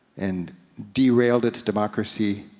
and derailed its democracy,